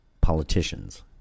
politicians